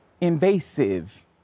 invasive